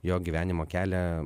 jo gyvenimo kelią